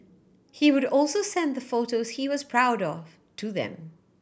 he would also send the photos he was proud of to them